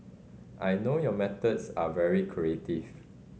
I know your methods are very creative